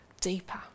deeper